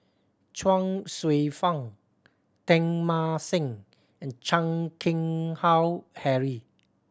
Chuang Hsueh Fang Teng Mah Seng and Chan Keng Howe Harry